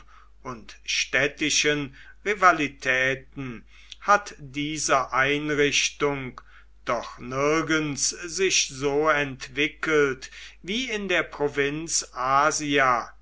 und städtischen rivalitäten hat diese einrichtung doch nirgends sich so entwickelt wie in der provinz asia